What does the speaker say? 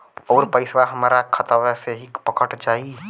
अउर पइसवा हमरा खतवे से ही कट जाई?